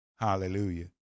hallelujah